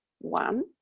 One